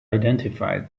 identified